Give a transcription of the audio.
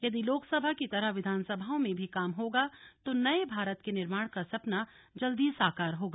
यदि लोकसभा की तरह विधानसभाओं में भी काम होगा तो नये भारत के निर्माण का सपना जल्दी साकार होगा